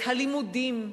את הלימודים,